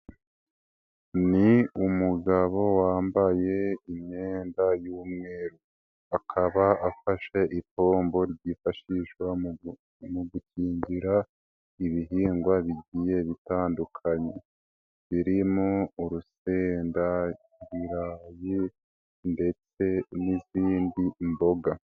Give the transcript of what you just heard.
Ni umugabo wambaye imyenda y'umweru, akaba afashe ipombo ryifashishwa mu gukingira ibihingwa bigiye bitandukanye birimo urusenda, ibirayi ndetse n'izindi mboga.